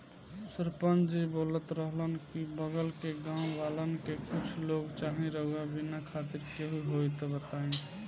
सरपंच जी बोलत रहलन की बगल के गाँव वालन के कुछ लोग चाही रुआ बिने खातिर केहू होइ त बतईह